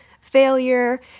failure